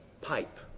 pipe